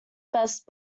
best